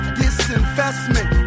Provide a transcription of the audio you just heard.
disinvestment